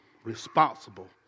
responsible